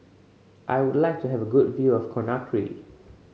I would like to have a good view of Conakry